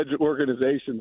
organizations